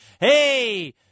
Hey